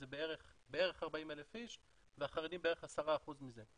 זה בערך 40,000 איש והחרדים הם בערך 10% מזה.